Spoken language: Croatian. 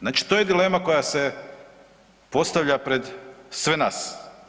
Znači to je dilema koja se postavlja pred sve nas.